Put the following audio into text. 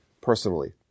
personally